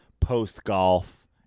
post-golf